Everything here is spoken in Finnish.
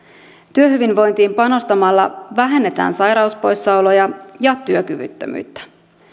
työhyvinvointiin panostamalla vähennetään sairauspoissaoloja ja työkyvyttömyyttä